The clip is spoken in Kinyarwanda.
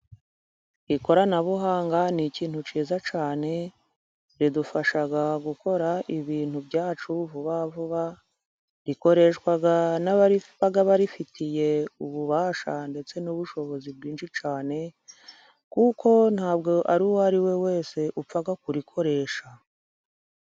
Ikoranabuhanga ni ikintu cyiza cyane ridufasha gukora ibintu byacu vuba vuba, rikoreshwa n'ababa barifitiye ububasha ndetse n'ubushobozi bwinshi cyane, kuko ntabwo ari uwo ari we wese upfa kurikoresha.